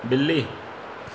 ॿिली